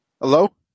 Hello